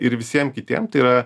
ir visiem kitiem tai yra